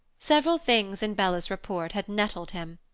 several things in bella's report had nettled him,